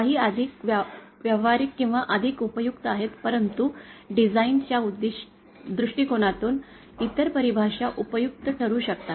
काही अधिक व्यावहारिक किंवा अधिक उपयुक्त आहेत परंतु नंतर डिझाइन च्या दृष्टिकोनातून इतर परिभाषा उपयुक्त ठरू शकतात